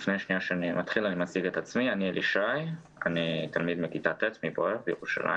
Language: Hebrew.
שמי אלי שי ואני תלמיד בכיתה ט' בירושלים